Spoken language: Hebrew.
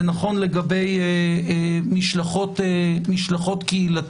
זה נכון לגבי משלחות קהילתיות,